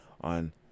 on